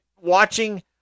watching